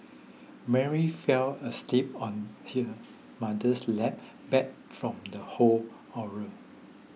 Mary fell asleep on her mother's lap beat from the whole horror